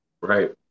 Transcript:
Right